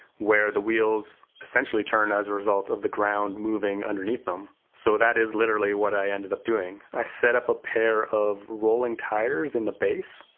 where the wheels essentially turn as a result of the ground moving underneath them. so, that is literally what i ended up doing. i set up a pair of rolling tires in the base,